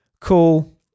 cool